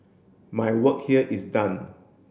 my work here is done